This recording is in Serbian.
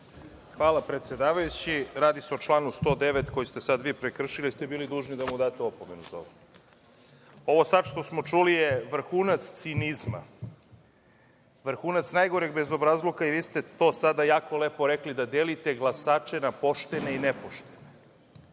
Hvala. Radi se o članu 109, koji ste sad vi prekršili, jer ste bili dužni da mu date opomenu za ovo. Ovo sad što smo čuli je vrhunac cinizma, vrhunac najgoreg bezobrazluka i vi ste to sada jako lepo rekli – da delite glasače na poštene i nepoštene.